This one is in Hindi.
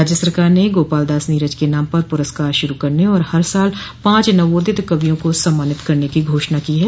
राज्य सरकार ने गोपाल दास नीरज के नाम पर पुरस्कार शुरू करने और हर साल पांच नवोदित कवियों को सम्मानित करने की घोषणा की है